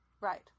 Right